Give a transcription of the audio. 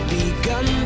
begun